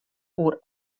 oer